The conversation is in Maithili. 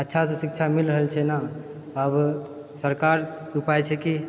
अच्छासे शिक्षा मिल रहल छै ने आब सरकार उपाय छै कि